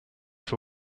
for